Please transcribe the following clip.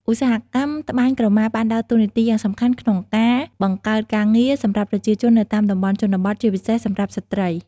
ឧស្សាហកម្មត្បាញក្រមាបានដើរតួនាទីយ៉ាងសំខាន់ក្នុង ការបង្កើតការងារ សម្រាប់ប្រជាជននៅតាមតំបន់ជនបទ ជាពិសេសសម្រាប់ស្ត្រី។